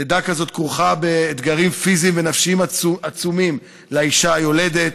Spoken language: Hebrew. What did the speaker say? לידה כזאת כרוכה באתגרים פיזיים ונפשיים עצומים לאישה היולדת.